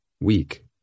weak